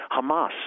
Hamas